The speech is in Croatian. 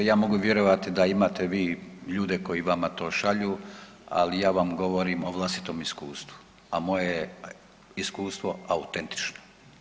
Ja mogu vjerovati da imate vi ljude koji vama to šalju, ali ja vam govorim o vlastitom iskustvu a moje je iskustvo autentično.